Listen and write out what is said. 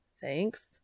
Thanks